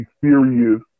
serious